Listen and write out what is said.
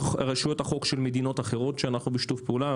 של מדינות אחרות שאנחנו בשיתוף פעולה.